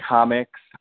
Comics